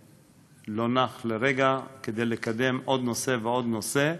ולא נח לרגע כדי לקדם עוד נושא ועוד נושא,